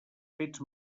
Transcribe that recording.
fets